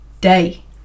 day